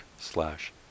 slash